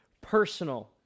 personal